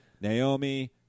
Naomi